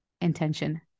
intention